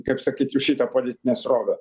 kaip sakyt už šitą politinę srovę